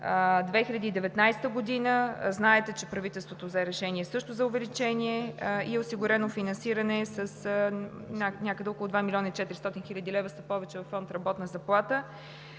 2019 г. знаете, че правителството взе решение също за увеличение и е осигурено финансиране с някъде около 2 млн. 400 хил. лв. повече във Фонд „Работна заплата“,